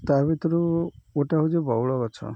ତା ଭିତରୁ ଗୋଟେ ହେଉଛି ବଉଳ ଗଛ